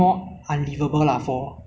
because many areas are getting